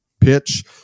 pitch